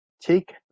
take